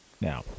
Now